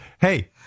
Hey